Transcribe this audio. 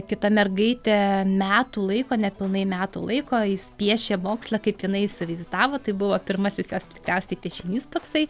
kita mergaitė metų laiko nepilnai metų laiko jis piešė mokslą kaip jinai įsivaizdavo tai buvo pirmasis jos tikriausiai piešinys toksai